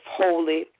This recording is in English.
holy